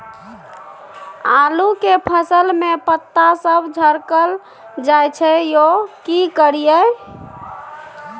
आलू के फसल में पता सब झरकल जाय छै यो की करियैई?